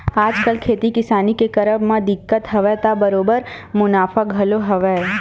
आजकल खेती किसानी के करब म दिक्कत हवय त बरोबर मुनाफा घलो हवय